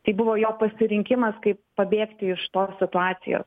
tai buvo jo pasirinkimas kaip pabėgti iš tos situacijos